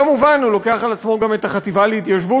מובן שהוא לוקח על עצמו גם את החטיבה להתיישבות,